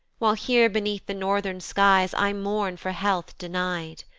while here beneath the northern skies i mourn for health deny'd.